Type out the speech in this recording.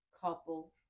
couple